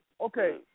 Okay